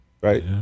Right